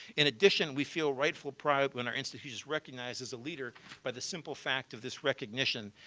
in addition, we feel rightful proud when our institutes recognizes a leader by the simple fact of this recognition.